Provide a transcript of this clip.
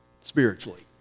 spiritually